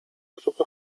gruppe